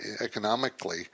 economically